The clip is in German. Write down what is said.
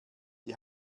die